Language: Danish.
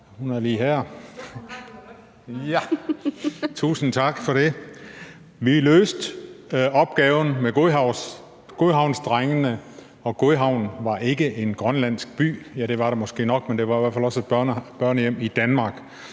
hun er lige her, ja, og tusind tak for det – at vi løste opgaven med godhavnsdrengene. Godhavn er ikke navnet på den grønlandske by, ja, det er det måske nok, men det er i hvert fald også navnet på et børnehjem i Danmark.